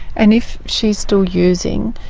and if she's still using,